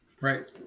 Right